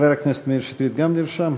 גם חבר הכנסת מאיר שטרית נרשם.